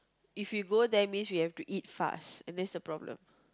if we go there means we have to eat fast and that's the problem